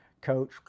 coach